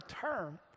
term